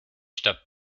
stadt